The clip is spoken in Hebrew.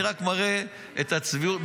אני רק מראה את הצביעות,